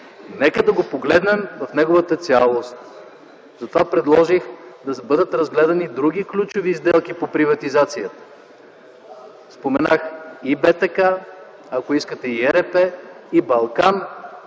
Нека да го погледнем в неговата цялост. Затова предложих да бъдат разгледани други ключови сделки по приватизацията. Споменах и БТК, ако искате и ЕРП, и „Балкан”,